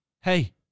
hey